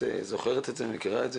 את זוכרת את זה ומכירה את זה